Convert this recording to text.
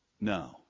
No